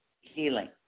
healing